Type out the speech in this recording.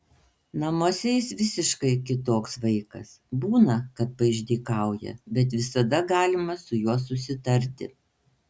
namuose jis visiškai kitoks vaikas būna kad paišdykauja bet visada galima su juo susitarti